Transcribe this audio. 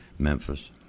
Memphis